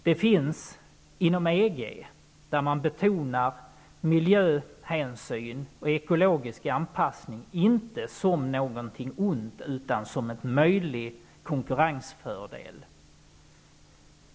Den finns inom EG, där man betonar miljöhänsyn och ekologisk anpassning, inte som något ont utan som en möjlig konkurrensfördel.